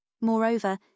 Moreover